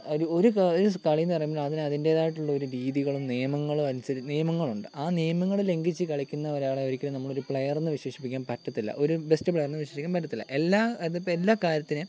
ഒരു ഒരു കാ ഒരു സ് കളിയെന്ന് പറയുമ്പോൾ അതിന് അതിൻറ്റേതായിട്ടുള്ള ഒരു രീതികളും നിയമങ്ങളും അനുസരിച്ച് നിയമങ്ങളുണ്ട് ആ നിയമങ്ങൾ ലംഘിച്ച് കളിക്കുന്ന ഒരാളെ ഒരിക്കലും നമ്മളൊരു പ്ലയർ എന്ന് വിശേഷിപ്പിക്കാൻ പറ്റത്തില്ല ഒരു ബെസ്റ്റ് പ്ലയർ എന്ന് വിശേഷിപ്പിക്കാൻ പറ്റത്തില്ല എല്ലാ ഇതിപ്പം എല്ലാ കാര്യത്തിനും